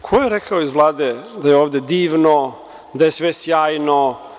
Ko je rekao iz Vlade da je ovde divno, da je sve sjajno.